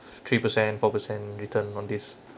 three per cent four per cent return on this